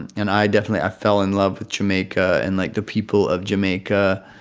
and i definitely i fell in love with jamaica and, like, the people of jamaica.